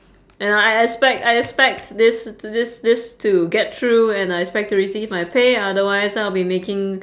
and I I expect I expect this this this to get through and I expect to receive my pay otherwise I'll be making